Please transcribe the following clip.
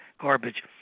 garbage